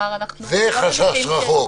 זה חשש רחוק.